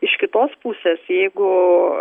iš kitos pusės jeigu